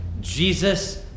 jesus